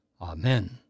Amen